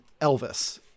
Elvis